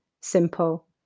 Simple